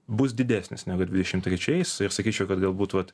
bus didesnis negu dvidešimt trečiais ir sakyčiau kad galbūt vat